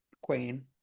Queen